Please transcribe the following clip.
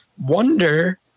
wonder